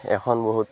এখন বহুত